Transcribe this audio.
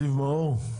זיו מאור,